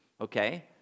okay